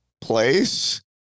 place